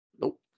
Nope